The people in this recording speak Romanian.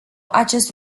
acest